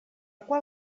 qual